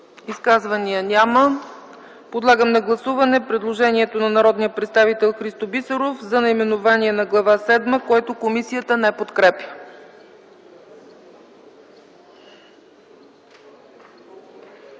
Изказвания няма. Подлагам на гласуване предложението на народния представител Христо Бисеров за наименование на Глава седма, което комисията не подкрепя.